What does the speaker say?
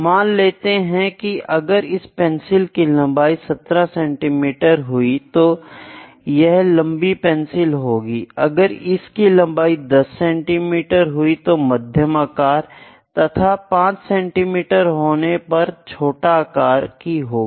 मान लेते हैं कि अगर इस पेंसिल की लंबाई 17 सेंटीमीटर हुई तो यह लंबी पेंसिल होगी अगर इसकी लंबाई 10 सेंटीमीटर हुई तो मध्यम आकार तथा 5 सेंटीमीटर होने पर छोटे आकार की होगी